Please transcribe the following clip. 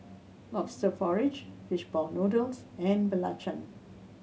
Lobster Porridge fish ball noodles and Belacan